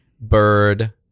bird